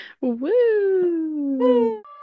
Woo